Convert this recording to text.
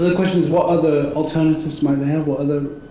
the question is, what other alternatives might they have? what other